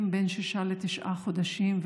בין שישה לתשעה חודשים,